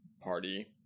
party